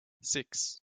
six